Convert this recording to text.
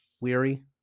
Weary